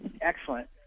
excellent